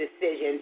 decisions